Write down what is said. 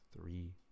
three